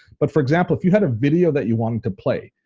but for example if you had a video that you wanted to play,